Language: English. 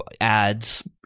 ads